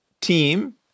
team